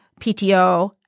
PTO